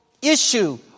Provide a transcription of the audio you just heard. Issue